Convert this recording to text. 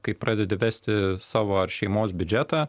kai pradedi vesti savo ar šeimos biudžetą